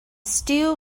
stew